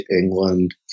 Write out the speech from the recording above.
England